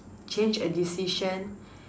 change a decision